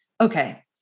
okay